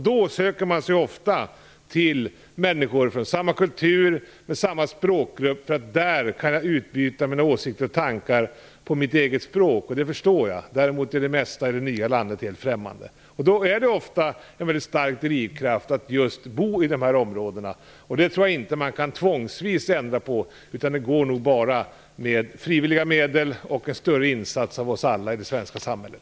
Då söker man sig ofta till människor från samma kultur och språkgrupp för att där kunna utbyta åsikter och tankar på det egna språket. Det egna språket förstår man medan det mesta i det nya landet är helt främmande. Drivkraften att bo just i dessa områden är då stark. Jag tror inte på en tvångsvis förändring. Det går nog bara med frivilliga medel och med en större insats av oss alla i det svenska samhället.